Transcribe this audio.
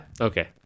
okay